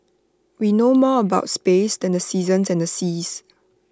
we know more about space than the seasons and the seas